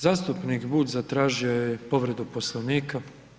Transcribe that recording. Zastupnik Bulj zatražio je povredu Poslovnika.